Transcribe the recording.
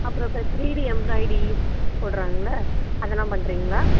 அப்புறம் இப்போ three D embroidery போடுறாங்கள்ல அதெல்லாம் பண்றீங்களா